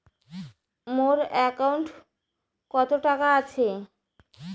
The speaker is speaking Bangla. মোর একাউন্টত কত টাকা আছে?